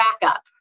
backup